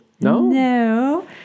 No